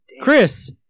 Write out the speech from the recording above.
Chris